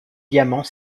diamant